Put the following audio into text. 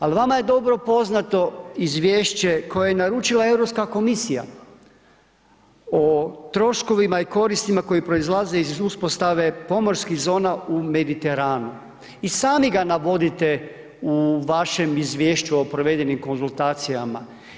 Al vama je dobro poznato izvješće koje je naručila Europska komisija o troškovima i koristima koje proizlaze iz uspostave pomorskih zona u Mediteranu i sami ga navodite u vašem izvješću o provedenim konzultacijama.